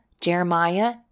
Jeremiah